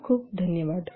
खूप खूप धन्यवाद